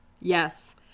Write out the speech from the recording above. yes